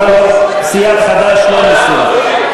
סיעת חד"ש לא מסירה.